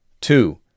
Two